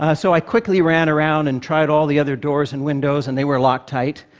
ah so i quickly ran around and tried all the other doors and windows, and they were locked tight.